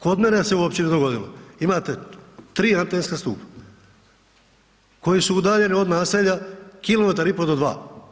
Kod mene se u općini dogodilo, imate 3 antenska stupa koji su udaljeni od naselja kilometar i pol do dva.